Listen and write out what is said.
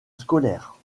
scolaire